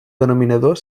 denominador